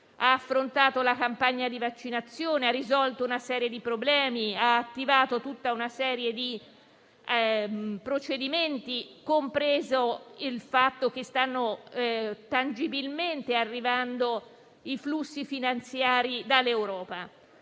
ha affrontato la campagna di vaccinazione, ha risolto una serie di problemi e ha attivato una serie di procedimenti, compreso il fatto che stanno tangibilmente arrivando i flussi finanziari dall'Europa.